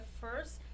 first